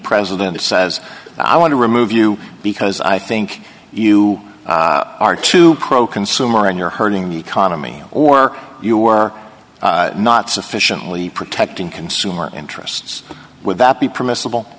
president says i want to remove you because i think you are too pro consumer and you're hurting the economy or you are not sufficiently protecting consumer interests would that be permissible